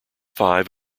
five